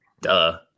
Duh